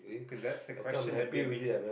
cause that's the question that we've been